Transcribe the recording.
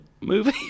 movie